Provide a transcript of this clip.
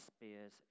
spears